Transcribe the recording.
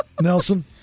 Nelson